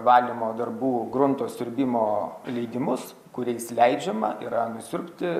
valymo darbų grunto siurbimo leidimus kuriais leidžiama yra nusiurbti